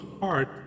heart